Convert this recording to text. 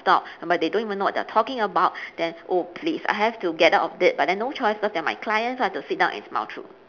stop but they don't even know what they are talking about then oh please I have to get out of it but then no choice because they are my clients so I have to sit down and smile through